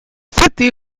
fifty